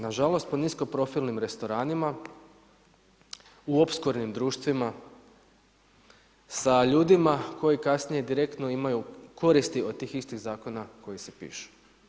Nažalost, po nisko profilnim restoranima, u opskurnim društvima sa ljudima koji kasnije direktno imaju koristi od tih istih zakona koji se pišu.